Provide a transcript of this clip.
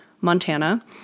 Montana